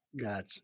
Gotcha